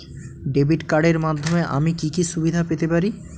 Debit কার্ডের মাধ্যমে আমি কি কি সুবিধা পেতে পারি?